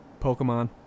Pokemon